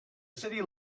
city